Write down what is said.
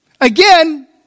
Again